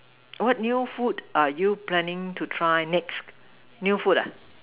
what new food are you planning to try next new food ah